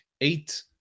eight